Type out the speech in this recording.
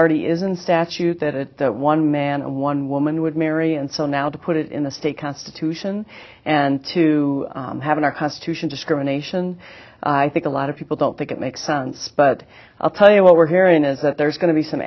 already isn't statute that it one man and one woman would marry and so now to put it in the state constitution and to have in our constitution discrimination i think a lot of people don't think it makes sense but i'll tell you what we're hearing is that there's going to be some